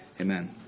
amen